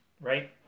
right